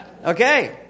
Okay